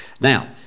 Now